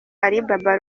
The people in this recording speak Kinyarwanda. alibaba